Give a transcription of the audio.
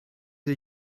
wir